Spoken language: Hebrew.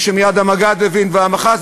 ומייד המג"ד הבין, והמח"ט.